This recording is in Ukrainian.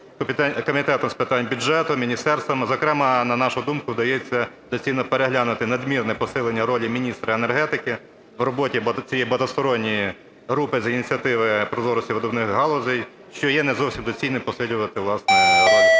Комітетом з питань бюджету, міністерствами. Зокрема, на нашу думку, видається доцільним переглянути надмірне посилення ролі міністра енергетики в роботі цієї багатосторонньої групи з Ініціативи прозорості видобувних галузей і що є не зовсім доцільним посилювати власне роль